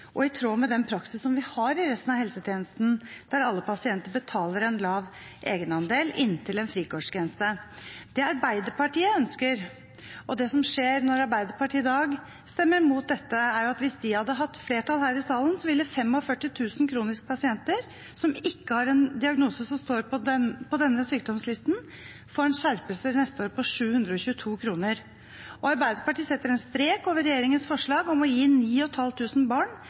og i tråd med den praksis vi har i resten av helsetjenesten, der alle pasienter betaler en lav egenandel inntil en frikortgrense. Hvis Arbeiderpartiet, som i dag stemmer imot dette, hadde hatt flertall her i salen, ville 45 000 kronikere som ikke har en diagnose som står på denne sykdomslisten, fått en skjerpelse til neste år på 722 kr. Arbeiderpartiet setter en strek over regjeringens forslag om å gi 9 500 barn